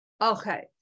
Okay